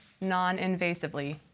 non-invasively